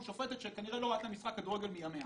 שופטת, שכנראה לא ראתה משחק כדורגל מימיה